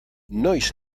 noiz